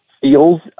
feels